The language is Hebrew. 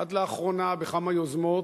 עד לאחרונה, בכמה יוזמות,